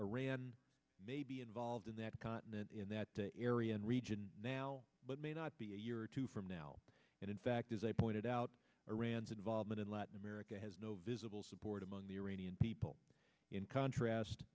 iran may be involved in that continent in that area and region now but may not be a year or two from now and in fact is a pointed out or rand's involvement in latin america has no visible support among the iranian people in contrast